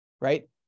right